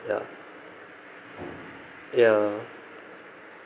ya ya